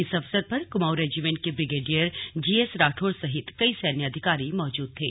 इस अवसर पर कुमाऊं रेजीमेंट के ब्रिगेडियर जीएस राठौर सहित कई सैन्य अधिकारी मौजूद थे